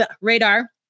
radar